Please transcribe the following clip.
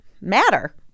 matter